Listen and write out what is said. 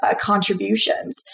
contributions